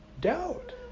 doubt